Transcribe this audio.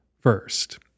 first